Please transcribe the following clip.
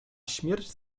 śmierć